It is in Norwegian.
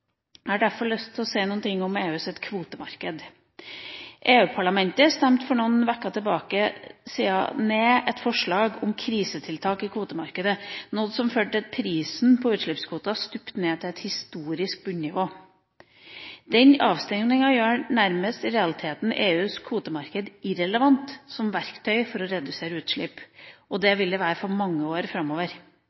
Jeg har derfor lyst til å si noe om EUs kvotemarked. EU-parlamentet stemte for noen uker siden ned et forslag om krisetiltak i kvotemarkedet, noe som førte til at prisen på utslippskvoter stupte til et historisk bunnivå. Den avstemninga gjør i realiteten EUs kvotemarked nærmest irrelevant som verktøy for å redusere utslipp, og slik vil det være i mange år framover.